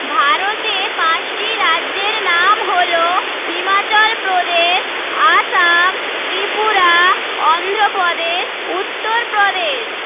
ভারতে পাঁচটি রাজ্যের নাম হলো হিমাচলপ্রদেশ আসাম ত্রিপুরা অন্ধ্রপ্রদেশ উত্তরপ্রদেশ